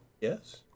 Yes